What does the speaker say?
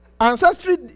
Ancestry